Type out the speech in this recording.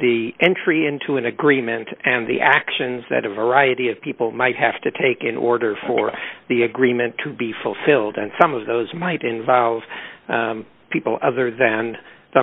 the entry into an agreement and the actions that a variety of people might have to take in order for the agreement to be fulfilled and some of those might involve people other than the